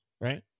right